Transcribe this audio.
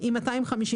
לשם מה נדרשת